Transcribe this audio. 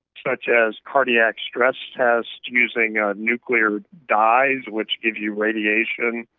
such as cardiac stress tests using ah nuclear dyes which give you radiation,